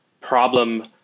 problem